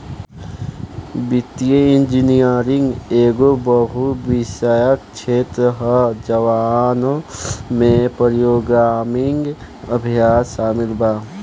वित्तीय इंजीनियरिंग एगो बहु विषयक क्षेत्र ह जवना में प्रोग्रामिंग अभ्यास शामिल बा